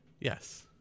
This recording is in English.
yes